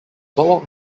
boardwalk